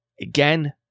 again